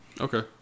Okay